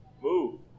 Move